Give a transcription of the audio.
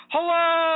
Hello